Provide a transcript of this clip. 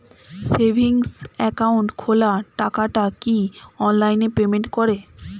Savings account খোলা টাকাটা কি অনলাইনে পেমেন্ট করে?